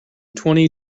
twenty